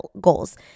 goals